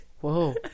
Whoa